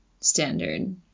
standard